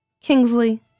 Kingsley